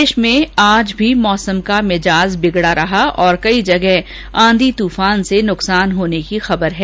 प्रदेश में आज भी मौसम का मिजाज बिगडा रहा और कई जगह आंधी तूफान से नुकसान होने की खबर है